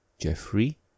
Jeffrey